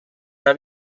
una